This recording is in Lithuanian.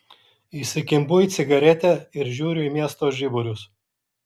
įsikimbu į cigaretę ir žiūriu į miesto žiburius